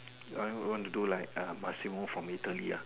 I I want to do like uh Massimo from Italy ah